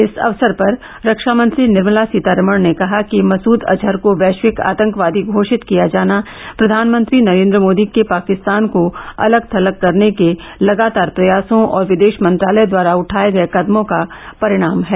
इस अवसर पर रक्षामंत्री निर्मला सीतारामन ने कहा कि मसूद अजहर को वैश्विक आतंकवादी घोषित किया जाना प्रधानमंत्री नरेन्द्र मोदी के पाकिस्तान को अलग थलग करने के लगातार प्रयासों और विदेश मंत्रालय द्वारा उठाए गए कदमों का परिणाम है